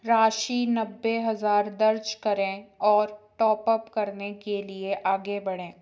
राशि नब्बे हज़ार दर्ज करें और टॉप अप करने के लिए आगे बढ़ें